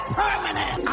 permanent